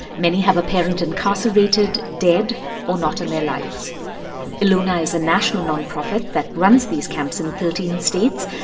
many have a parent incarcerated, dead or not, in their lives eluna is a national nonprofit that runs these camps in thirteen states,